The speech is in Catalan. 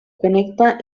connecta